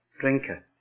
drinker